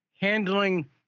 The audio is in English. handling